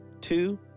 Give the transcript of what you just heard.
two